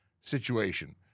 situation